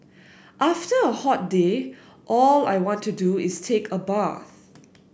after a hot day all I want to do is take a bath